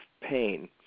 pain